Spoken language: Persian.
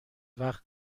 وقت